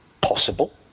possible